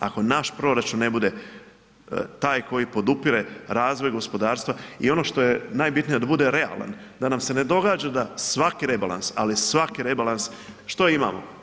Ako naš proračun ne bude taj koji podupire razvoj gospodarstva i ono što je najbitnije, da bude realan, da nam se ne događa da svaki rebalans, ali svaki rebalans, što imamo?